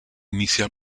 inicia